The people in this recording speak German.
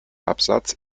absatz